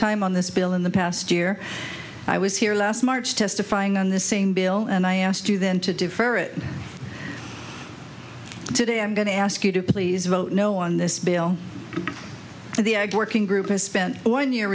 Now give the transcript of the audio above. time on this bill in the past year i was here last march testifying on the same bill and i asked you then to defer it today i'm going to ask you to please vote no on this bill the ag working group has spent one year